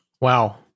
Wow